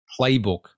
playbook